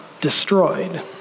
destroyed